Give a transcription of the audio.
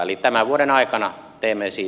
eli tämän vuoden aikana ei veisi